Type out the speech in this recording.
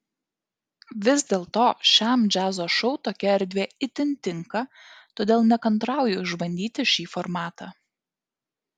vis dėlto šiam džiazo šou tokia erdvė itin tinka todėl nekantrauju išbandyti šį formatą